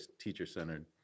teacher-centered